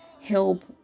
help